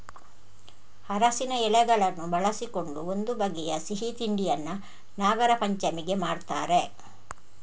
ಅರಸಿನ ಎಲೆಗಳನ್ನು ಬಳಸಿಕೊಂಡು ಒಂದು ಬಗೆಯ ಸಿಹಿ ತಿಂಡಿಯನ್ನ ನಾಗರಪಂಚಮಿಗೆ ಮಾಡ್ತಾರೆ